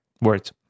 Words